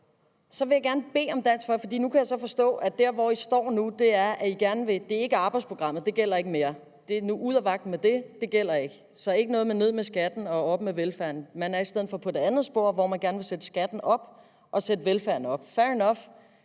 13:27 Pernille Rosenkrantz-Theil (S): Nu kan jeg så forstå, at der, hvor Dansk Folkeparti står nu, ikke er knyttet til arbejdsprogrammet – det gælder ikke mere. Det er nu ud af vagten med det, det gælder ikke. Så ikke noget med ned med skatten og op med velfærden. Man er i stedet for på det andet spor, hvor man gerne vil sætte skatten op og sætte velfærden op. Fair enough.